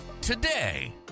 today